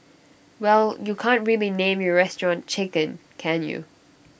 well you can't really name your restaurant chicken can you